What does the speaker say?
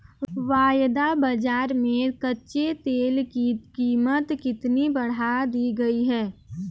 वायदा बाजार में कच्चे तेल की कीमत कितनी बढ़ा दी गई है?